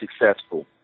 successful